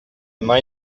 mai